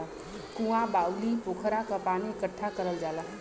कुँआ, बाउली, पोखरा क पानी इकट्ठा करल जाला